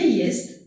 jest